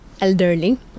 elderly